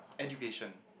education